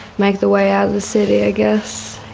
make the way out of the city i guess.